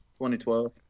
2012